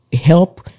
help